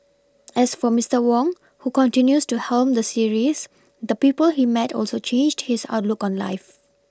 as for Mister Wong who continues to helm the series the people he met also changed his outlook on life